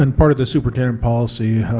and part of the superintendent policy